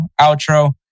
outro